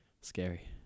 Scary